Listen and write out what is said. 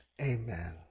amen